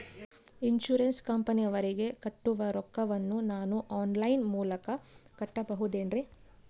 Insurance ಕಂಪನಿಯವರಿಗೆ ಕಟ್ಟುವ ರೊಕ್ಕ ವನ್ನು ನಾನು ಆನ್ ಲೈನ್ ಮೂಲಕ ಕಟ್ಟಬಹುದೇನ್ರಿ?